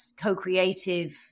co-creative